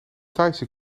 thaise